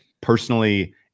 personally